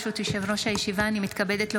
ברשות יושב-ראש הישיבה, אני מתכבדת להודיעכם,